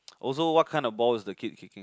also what kind of ball is the kid kicking